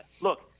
look